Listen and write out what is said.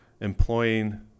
employing